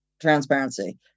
transparency